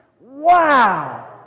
wow